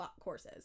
courses